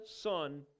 Son